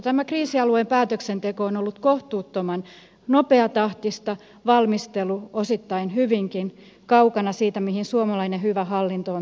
tämä kriisialueen päätöksenteko on ollut kohtuuttoman nopeatahtista valmistelu osittain hyvinkin kaukana siitä mihin suomalainen hyvä hallinto on tottunut